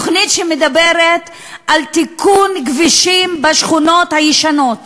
תוכנית שמדברת על תיקון כבישים בשכונות הישנות